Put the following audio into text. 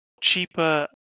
cheaper